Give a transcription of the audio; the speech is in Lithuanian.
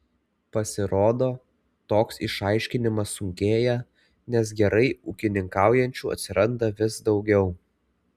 pasirodo toks išaiškinimas sunkėja nes gerai ūkininkaujančių atsiranda vis daugiau